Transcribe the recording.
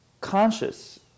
conscious